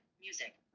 music